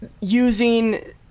using